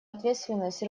ответственность